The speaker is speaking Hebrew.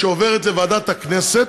שעוברת לוועדת הכנסת.